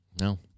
No